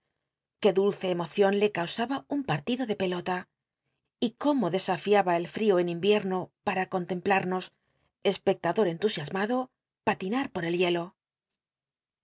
qué dulce emocion le causaba un patido de pelota y cómo desafiaba el frio en inyierno para contemplamos espectador entusiasmado patinar por el hielo